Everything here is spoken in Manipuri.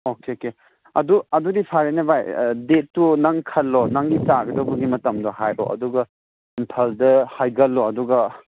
ꯑꯣꯀꯦ ꯀꯦ ꯑꯗꯨ ꯑꯗꯨꯗꯤ ꯐꯔꯦꯅꯦ ꯚꯥꯏ ꯗꯦꯗꯇꯨ ꯅꯪ ꯈꯜꯂꯣ ꯅꯪꯒꯤ ꯇꯥꯒꯗꯧꯕꯒꯤ ꯃꯇꯝꯗꯣ ꯍꯥꯏꯔꯣ ꯑꯗꯨꯒ ꯏꯝꯐꯥꯜꯗ ꯍꯥꯏꯒꯠꯂꯣ ꯑꯗꯨꯒ